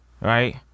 right